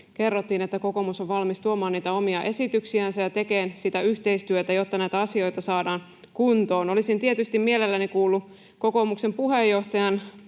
kerrottiin, että kokoomus on valmis tuomaan omia esityksiänsä ja tekemään sitä yhteistyötä, jotta näitä asioita saadaan kuntoon. Olisin tietysti mielelläni kuullut kokoomuksen puheenjohtajan